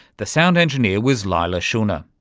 the sound engineer was leila shunnar.